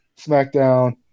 SmackDown